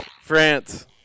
France